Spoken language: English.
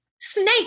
snake